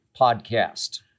podcast